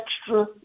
extra